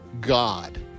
God